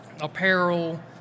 apparel